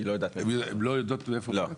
רשות האוכלוסין לא יודעת מאיפה באתי?